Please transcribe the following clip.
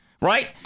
right